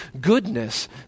goodness